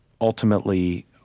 ultimately